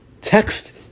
text